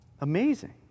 Amazing